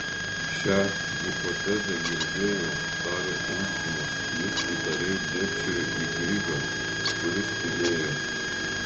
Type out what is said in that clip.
šią hipotezę girdėjau tarė ulčinas jis įtariai dėbčiojo į grygą kuris tylėjo